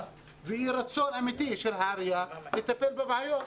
ואי רצון אמיתי של העירייה לטפל בבעיות.